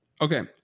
Okay